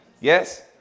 Yes